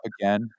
again